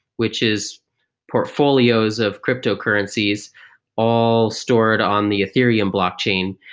which is portfolios of cryptocurrencies all stored on the ethereum block chain,